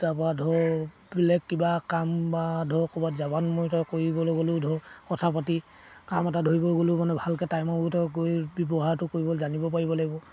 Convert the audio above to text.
তাৰপৰা ধৰক বেলেগ কিবা কাম বা ধৰক ক'ৰবাত যাবান মই ত কৰিবলৈ গ'লেও ধৰক কথা পাতি কাম এটা ধৰিব গ'লেও মানে ভালকা টাইমৰ মতে গৈ ব্যৱহাৰটো কৰিব জানিব পাৰিব লাগিব